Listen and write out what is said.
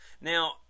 Now